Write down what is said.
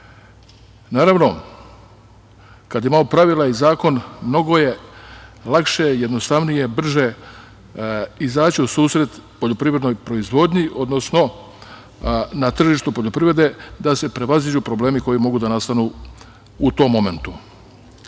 kada imamo pravila i zakon mnogo je lakše, jednostavnije i brže izaći u susret poljoprivrednoj proizvodnji, odnosno na tržištu poljoprivrede da se prevaziđu problemi koji mogu da nastanu u tom momentu. Mi